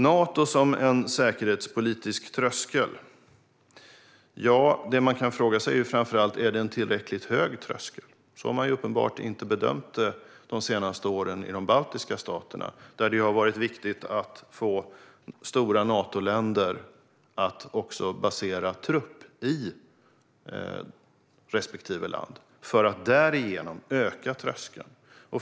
När det gäller Nato som en säkerhetspolitisk tröskel kan man fråga sig framför allt om det är en tillräckligt hög tröskel. Så har man uppenbarligen inte bedömt det de senaste åren i de baltiska staterna, där det har varit viktigt att få stora Natoländer att också basera trupp i respektive land för att därigenom öka tröskeln.